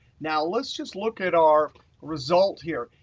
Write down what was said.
now let's just look at our result here.